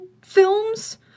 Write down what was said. films